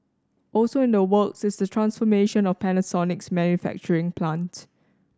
also in the works is the transformation of Panasonic's manufacturing plant